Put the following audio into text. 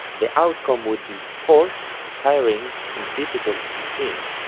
the outcome would be forced, tiring, and difficult to sing